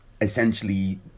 essentially